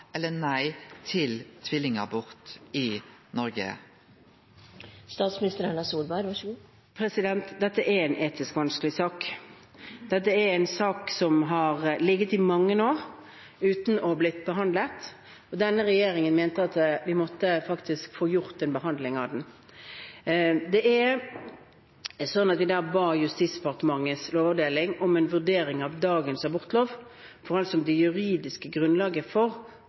eller nei til tvillingabort i Noreg? Dette er en etisk vanskelig sak. Dette er en sak som har ligget i mange år uten å ha blitt behandlet. Denne regjeringen mente at vi faktisk måtte få gjort en behandling av den. Vi ba da Justisdepartementets lovavdeling om en vurdering av dagens abortlov for å se på det juridiske grunnlaget for